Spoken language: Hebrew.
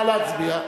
נא להצביע.